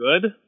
good